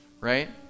right